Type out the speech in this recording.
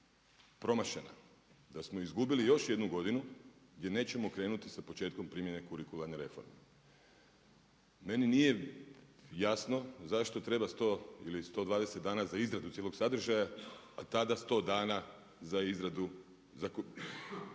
promašena, da samo izgubili još jednu godinu jer nećemo krenuti sa početkom primjene kurikularne reforme. Meni nije jasno zašto treba 100 ili 120 dana za izradu cijelog sadržaja, a tada 100 dana za izradu,